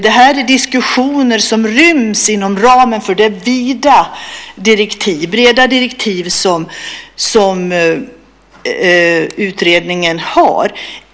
Det här är diskussioner som ryms inom ramen för det vida och breda direktiv som utredningen har.